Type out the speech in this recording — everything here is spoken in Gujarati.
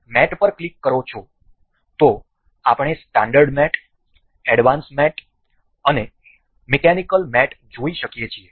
જો તમે મેટ પર ક્લિક કરો છો તો આપણે સ્ટાન્ડર્ડ મેટ એડવાન્સ મેટ અને મિકેનિકલ મેટ જોઈ શકીએ છીએ